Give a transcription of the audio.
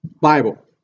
Bible